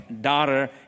daughter